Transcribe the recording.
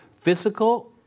Physical